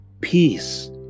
peace